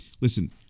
listen